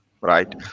right